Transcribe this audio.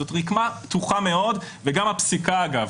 זאת רקמה פתוחה מאוד וגם הפסיקה, אגב.